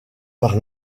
par